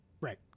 Right